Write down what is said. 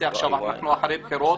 עכשיו אחרי בחירות